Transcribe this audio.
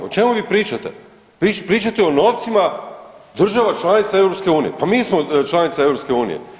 O čemu vi pričate, vi pričate o novcima država članica EU, pa mi smo članica EU.